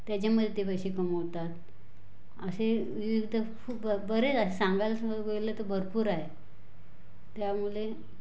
त्याच्यामध्ये ते पैसे कमावतात असे विविध खूप बरेच असे सांगायला स गेलं तर भरपूर आहे त्यामुळे